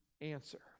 answer